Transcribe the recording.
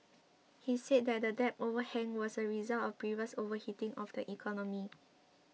he said that the debt overhang was a result of previous overheating of the economy